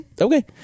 Okay